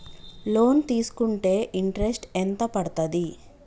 Loan తీస్కుంటే interest ఎంత పడ్తది?